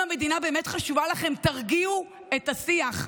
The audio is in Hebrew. אם המדינה באמת חשובה לכם, תרגיעו את השיח.